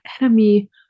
enemy